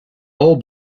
all